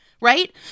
Right